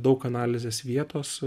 daug analizės vietos